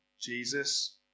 Jesus